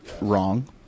wrong